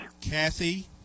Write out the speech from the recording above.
Kathy